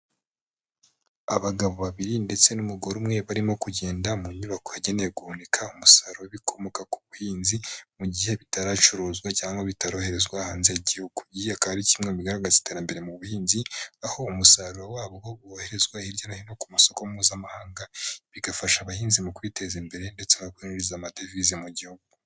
Abagabo babiri ndetse n'umugore umwe barimo kugenda mu nyubako yagenewe guhunika umusaruro w'ibikomoka ku buhinzi mu gihe bitaracuruzwa cyangwa bitaroherezwa hanze y'igihugu, ibi akaba ari kimwe mu bigaragaza iterambere mu buhinzi, aho umusaruro wabo woherezwa hirya no hino ku masoko mpuzamahanga, bigafasha abahinzi mu kwiteza imbere, ndetse no kwinjiza amadevize mu gihugu.